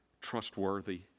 trustworthy